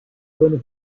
bonne